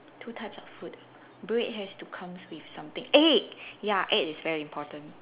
two types of food bread has to comes with something egg ya egg is very important